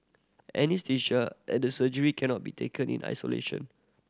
anaesthesia and surgery cannot be taken in isolation